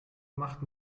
macht